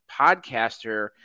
podcaster